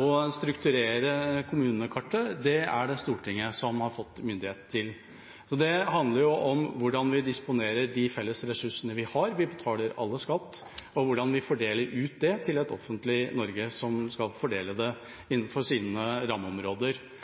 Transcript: Å strukturere kommunekartet er det Stortinget som har fått myndighet til. Så det handler om hvordan vi disponerer de felles ressursene vi har – vi betaler alle skatt – og hvordan vi fordeler dem ut til et offentlig Norge, som skal fordele det innenfor sine rammeområder.